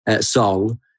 song